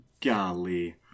golly